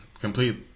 complete